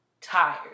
tired